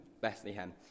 Bethlehem